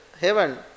heaven